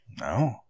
No